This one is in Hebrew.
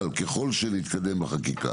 אבל ככל שנתקדם בחקיקה